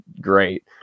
great